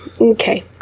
Okay